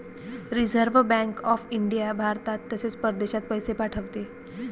reserve bank of India भारतात तसेच परदेशात पैसे पाठवते